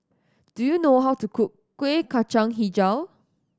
do you know how to cook Kuih Kacang Hijau